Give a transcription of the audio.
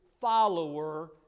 follower